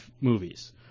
movies